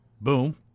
boom